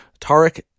Tarek